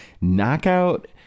knockout